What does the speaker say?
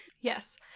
Yes